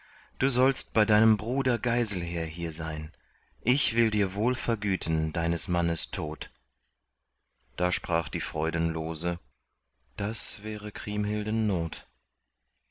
du sollst bei deinem bruder geiselher hier sein ich will dir wohl vergüten deines mannes tod da sprach die freudenlose das wäre kriemhilden not